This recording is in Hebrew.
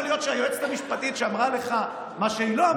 יכול להיות שהיועצת המשפטית אמרה לך מה שהיא לא אמרה לך,